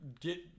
get